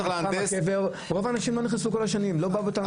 להנדס --- רוב האנשים לא נכנסו במשך כל השנים ולא באו בטענות.